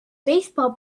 baseball